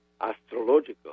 astrological